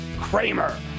Kramer